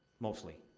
mostly.